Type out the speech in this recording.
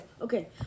okay